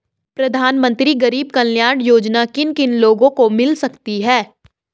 प्रधानमंत्री गरीब कल्याण योजना किन किन लोगों को मिल सकती है?